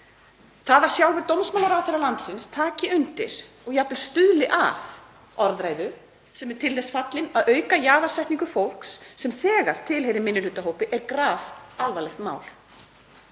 Það að sjálfur dómsmálaráðherra landsins taki undir og jafnvel stuðli að orðræðu sem er til þess fallin að auka jaðarsetningu fólks sem þegar tilheyrir minnihlutahóp er grafalvarlegt mál.